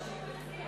זה לא מה שהחוק מציע.